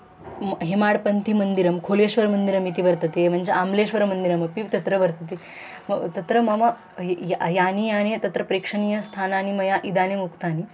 म हेमाड्पन्थिमन्दिरं खोलेश्वरमन्दिरमिति वर्तते एवञ्च आम्लेश्वरमन्दिरमपि तत्र वर्तते म तत्र मम यानि यानि तत्र प्रेक्षणीयस्थानानि मया इदानीम् उक्तानि